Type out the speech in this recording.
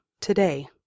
today